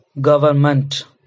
government